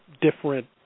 different